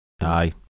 Aye